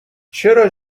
چرا